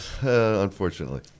Unfortunately